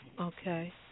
Okay